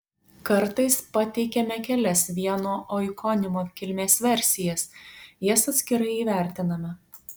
kartais pateikiame kelias vieno oikonimo kilmės versijas jas atskirai įvertiname